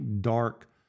dark